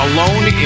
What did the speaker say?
Alone